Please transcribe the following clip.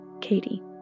Katie